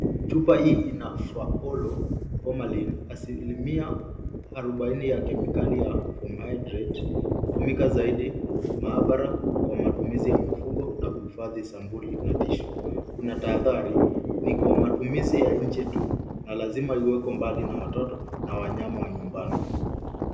Chupa hii ina faulu formalin asilimia arobaini ya kemikali ya formaldehyde . Hutumika zaidi maabara, kwa matumizi ya mifugo na kuhifadhi sampuli ya tisssue . Kuna tahadhari; ni kwa matumizi ya nje tu na lazima iwekwe mbali na watoto na wanyama wa nyumbani.